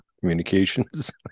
communications